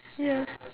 ya